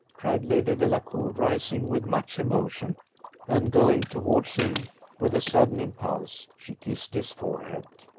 cried lady delacour, rising with much emotion and, going towards him with a sudden impulse, she kissed his forehead.